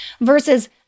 Versus